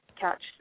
Catch